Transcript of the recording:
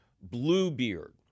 bluebeard